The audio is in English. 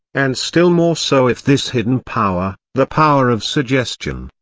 and still more so if this hidden power, the power of suggestion,